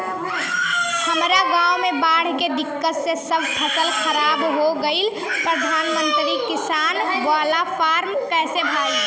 हमरा गांव मे बॉढ़ के दिक्कत से सब फसल खराब हो गईल प्रधानमंत्री किसान बाला फर्म कैसे भड़ाई?